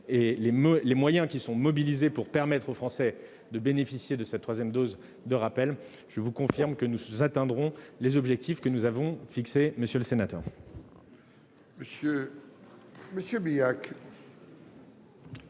vu des moyens mobilisés pour permettre aux Français de bénéficier de cette troisième dose, je vous confirme que nous atteindrons les objectifs fixés, monsieur le sénateur.